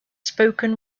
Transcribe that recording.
spoken